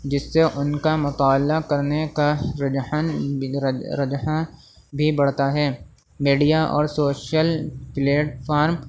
جس سے ان کا مطالعہ کرنے کا رجحان رجحاں بھی بڑھتا ہے میڈیا اور سوشل پلیٹفارم